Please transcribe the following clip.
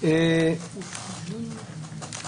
כוכב נולד.